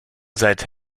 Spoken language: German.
seit